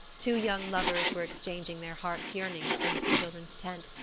two young lovers were exchanging their hearts' yearnings beneath the children's tent,